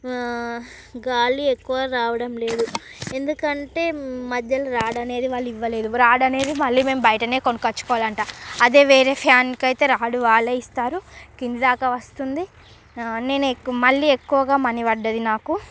గాలి ఎక్కువ రావడం లేదు ఎందుకంటే మధ్యలో రాడ్ అనేది వాళ్ళు ఇవ్వలేదు రాడ్ అనేది మళ్ళీ మేము బయటనే కొనుక్కొచ్చుకోవాలి అంట అదే వేరే ఫ్యాన్ కైతే రాడ్ వాళ్ళే ఇస్తారు కిందిదాకా వస్తుంది నేను ఎక్కువ మళ్ళీ ఎక్కువగా మనీ పడ్డది నాకు